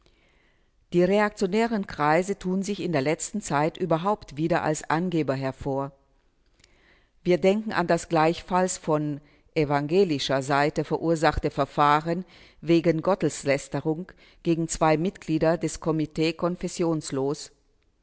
die reaktionären kreise tun sich in der letzten zeit überhaupt wieder als angeber hervor wir denken an das gleichfalls von evangelischer seite verursachte verfahren wegen gotteslästerung gegen zwei mitglieder des komitee konfessionslos